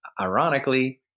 ironically